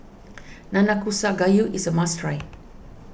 Nanakusa Gayu is a must try